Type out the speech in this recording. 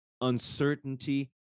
uncertainty